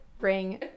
ring